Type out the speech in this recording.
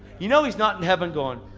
you know he's not in heaven going,